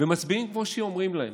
ומצביעים כמו שאומרים להם.